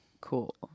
cool